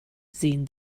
sehen